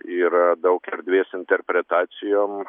yra daug erdvės interpretacijom